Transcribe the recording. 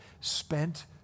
spent